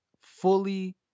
fully